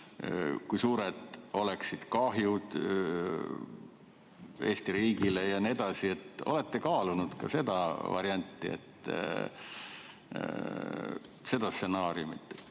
kui suured oleksid kahjud Eesti riigile jne? Kas olete kaalunud ka seda varianti, seda stsenaariumi,